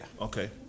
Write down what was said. Okay